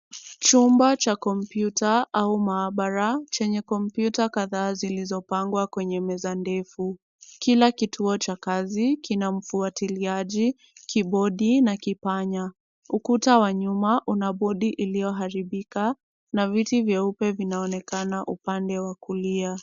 Chumba cha Computer au maabara chenye kompyuta kadhaa zilizopangwa kwenye meza ndefu, kila kituo cha kazi kinamfuatiliaji kibodi na kipanya. Ukuta wa nyuma una bodi iliyoharibika na viti vyeupe vinaonekana upande wa kulia.